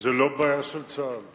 זה לא בעיה של צה"ל,